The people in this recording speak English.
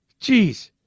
Jeez